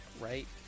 right